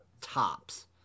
Tops